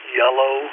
yellow